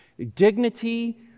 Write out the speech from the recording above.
dignity